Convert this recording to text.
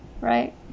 right